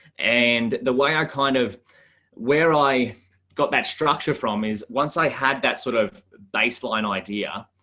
and the way i kind of where i got that structure from is once i had that sort of baseline idea,